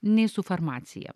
nei su farmacija